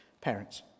Parents